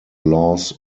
laws